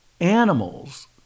Animals